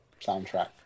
soundtrack